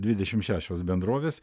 dvidešim šešios bendrovės